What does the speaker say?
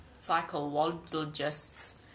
Psychologists